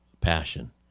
passion